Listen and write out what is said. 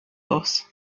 boss